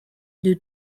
due